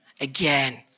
again